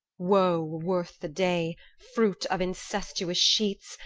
woe worth the day, fruit of incestuous sheets,